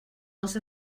els